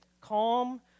calm